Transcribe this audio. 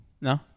No